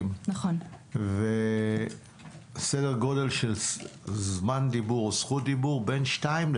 מפאת קוצר הזמן אני אעצור כאן.